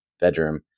bedroom